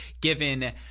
given